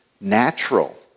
natural